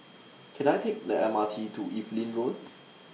Can I Take The M R T to Evelyn Road